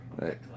Right